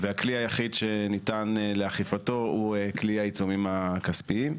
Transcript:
והכלי היחיד שניתן לאכיפתו הוא כלי העיצומים הכספיים.